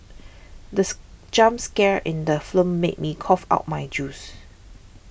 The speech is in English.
this jump scare in the film made me cough out my juice